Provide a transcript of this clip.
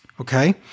Okay